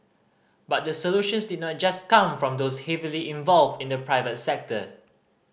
but the solutions did not just come from those heavily involved in the private sector